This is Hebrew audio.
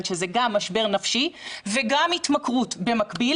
שזה גם משבר נפשי וגם התמכרות במקביל